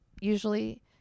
usually